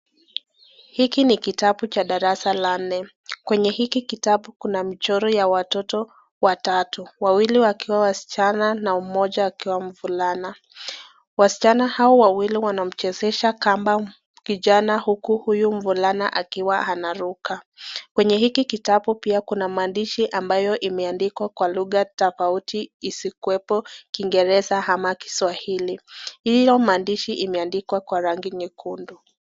Hiki ni kitabu cha darasa la nne. Kwenye hiki kitabu kuna mchoro ya watoto watatu, wawili wakiwa wasichana na mmoja akiwa mvulana. Wasichana hao wawili wanamchezesha kamba kijana huku huyu mvulana akiwa anaruka. Kwenye hiki kitabu pia kuna maandishi ambayo imeandikwa kwa lugha tofauti isiyokuwepo kiingereza ama kiswahili. Hiyo maandishi imeandikwa kwa rangi nyekundu.